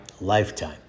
lifetime